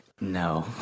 No